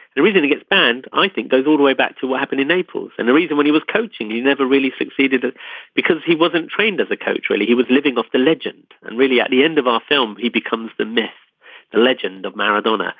the reason he gets banned i think goes all the way back to what happened in naples and the reason when he was coaching you never really succeeded because he wasn't trained as a coach really. he was living off the legend. and really at the end of our film he becomes the myth the legend of maradona.